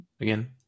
again